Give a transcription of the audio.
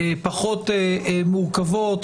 פחות מורכבות.